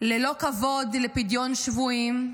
ללא כבוד לפדיון שבויים,